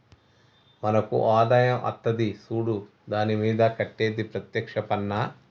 మనకు ఆదాయం అత్తది సూడు దాని మీద కట్టేది ప్రత్యేక్ష పన్నా